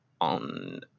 on